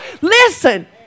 Listen